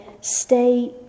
Stay